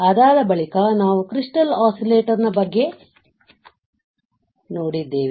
ಅದಾದ ಬಳಿಕ ನಾವು ಕ್ರಿಸ್ಟಲ್ ಒಸ್ಸಿಲೇಟರ್ನ ಬಗ್ಗೆ ನೋಡಿದ್ದೇವೆ